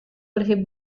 bersih